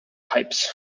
pipes